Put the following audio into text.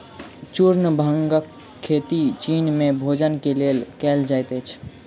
चूर्ण भृंगक खेती चीन में भोजन के लेल कयल जाइत अछि